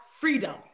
freedom